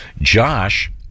Josh